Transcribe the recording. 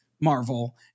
Marvel